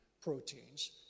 proteins